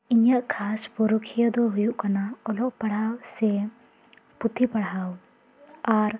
ᱤᱧᱟᱹᱜ ᱠᱷᱟᱥ ᱯᱩᱨᱩᱠᱷᱤᱭᱟᱹ ᱫᱚ ᱦᱩᱭᱩᱜ ᱠᱟᱱᱟ ᱚᱞᱚᱜ ᱯᱟᱲᱦᱟᱣ ᱥᱮ ᱯᱩᱛᱷᱤ ᱯᱟᱲᱦᱟᱣ ᱟᱨ